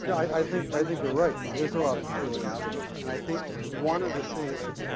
i think i think you're right. there is a lot of tuning out and i think one of the things that